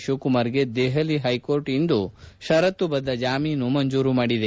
ಶಿವಕುಮಾರ್ಗೆ Delhi high court ಇಂದು ಷರತ್ತು ಬದ್ಧ ಜಾಮೀನು ಮಂಜೂರು ಮಾಡಿದೆ